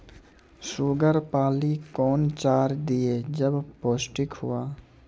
Sugar पाली कौन चार दिय जब पोस्टिक हुआ?